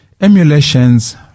emulations